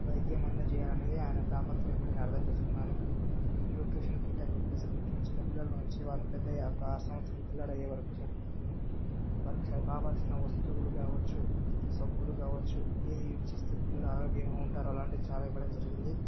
వైద్యం అందచేయాలనేది ఆయన తాపత్రయం అని అర్థం చేసుకున్నాను న్యూట్రిషన్ కిట్ అని చెప్పేసి పుట్టిన చిన్నపిల్లల నుంచి వారు పెద్దయ్యాక ఆరు సంవత్సరాల పిల్లాడు అయ్యేవరకు సోరి వారికి కావాల్సిన వస్తువులు కావచ్చు సబ్బులు కావచ్చు ఏవి యూస్ చేస్తే పిల్లలు ఆరోగ్యంగా ఉంటారో అలాంటివి చాలా ఇవ్వడం జరిగింది